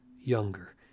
younger